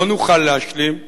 לא נוכל להשלים,